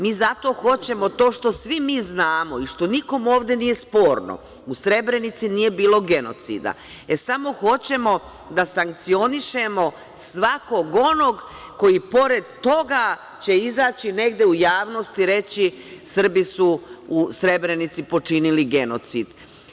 Mi zato hoćemo to što svi mi znamo i što nikom ovde nije sporno, u Srebrenici nije bilo genocida, e samo hoćemo da sankcionišemo svakog onog koji pored toga će izaći negde u javnost i reći – Srbi su u Srebrenici počinili genocid.